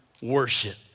worship